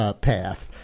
path